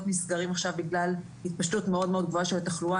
נסגרים עכשיו בגלל התפשטות מאוד מאוד גבוהה של התחלואה.